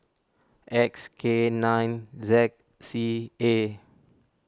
X K nine Z C A